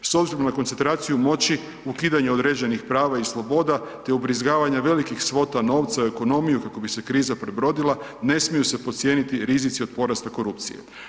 S obzirom na koncentraciju moći, ukidanje određenih prava i sloboda te ubrizgavanja velikih svota novca u ekonomiju kako bi se kriza prebrodila, ne smiju se podcijeniti rizici od porasle korupcije.